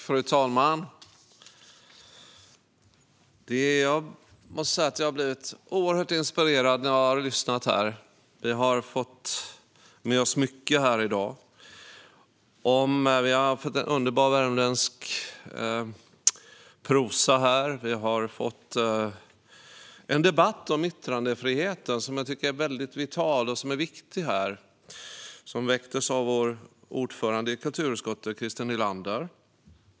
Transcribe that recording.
Fru talman! Jag måste säga att jag har blivit oerhört inspirerad av att ha lyssnat här. Vi har fått med oss mycket i dag. Vi har fått höra underbar värmländsk prosa. Vi har fått en debatt om yttrandefrihet som jag tycker är vital och viktig. Den väcktes av vår ordförande i kulturskottet, Christer Nylander.